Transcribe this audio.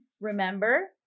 remember